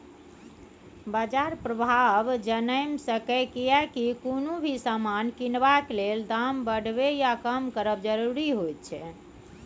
बाजार प्रभाव जनैम सकेए कियेकी कुनु भी समान किनबाक लेल दाम बढ़बे या कम करब जरूरी होइत छै